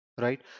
Right